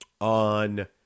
on